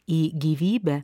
į gyvybę